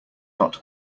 not